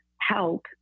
help